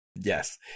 Yes